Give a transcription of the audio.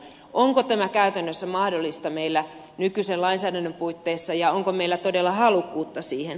onko tämä käytännössä mahdollista meillä nykyisen lainsäädännön puitteissa ja onko meillä todella halukkuutta siihen